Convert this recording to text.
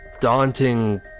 daunting